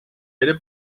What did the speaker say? era